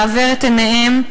לעוור את עיניהם,